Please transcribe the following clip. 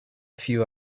few